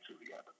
together